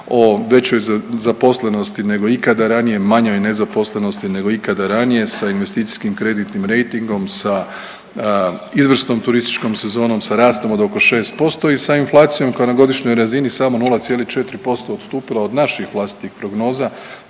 o većoj zaposlenosti nego ikada ranije, manjoj nezaposlenosti nego ikada ranije sa investicijskim kreditnim rejtingom, sa izvrsnom turističkom sezonom, sa rastom od oko 6% i sa inflacijom koja je na godišnjoj razini samo 0,4% odstupila od naših vlastitih prognoza,